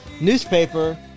Newspaper